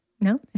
no